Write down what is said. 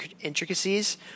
intricacies